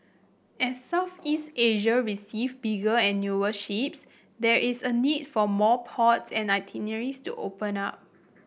as Southeast Asia receive bigger and newer ships there is a need for more ports and itineraries to open up